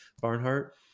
Barnhart